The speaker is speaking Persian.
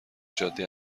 جاده